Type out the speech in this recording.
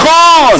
נכון.